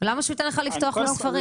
למה שהוא ייתן לך לפתוח לו ספרים?